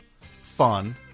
Fun